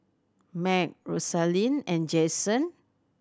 Macy Rosalyn and Jasen